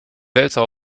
wälzer